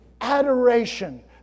adoration